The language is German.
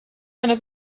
eine